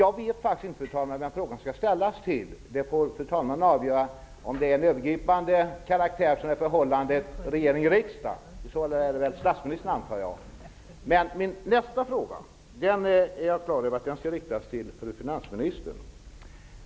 Jag vet faktiskt inte, fru talman, vem frågan skall ställas till. Det får fru talmannen avgöra. Om frågan anses vara av övergripande karaktär och gälla förhållandet regering--riksdag antar jag att den bör ställas till statsministern. Min nästa fråga är jag på det klara med skall riktas till fru finansministern.